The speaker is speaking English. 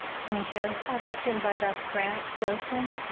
thank you. i'd like to invite up grant roslyn